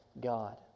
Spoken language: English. God